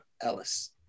Ellis